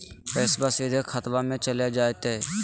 पैसाबा सीधे खतबा मे चलेगा जयते?